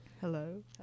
hello